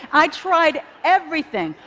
i tried everything.